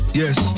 yes